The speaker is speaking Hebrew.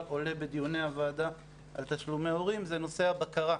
עולה בדיוני הוועדה על תשלומי הורים זה נושא הבקרה.